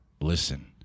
listen